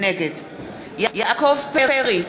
נגד יעקב פרי,